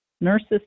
Nurses